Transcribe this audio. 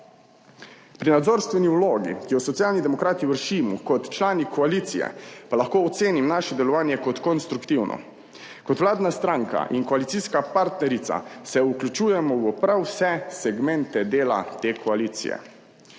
Pri nadzorstveni vlogi, ki jo Socialni demokrati vršimo kot člani koalicije, pa lahko ocenim naše delovanje kot konstruktivno. Kot vladna stranka in koalicijska partnerica se vključujemo v prav vse segmente dela te koalicije,